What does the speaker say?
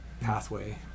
pathway